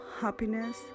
happiness